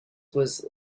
was